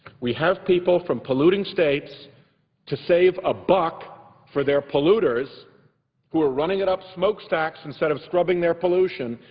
we have people from polluting states to save a buck for their polluters who are running it up smokestacks instead of scrubbing their pollution,